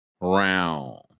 round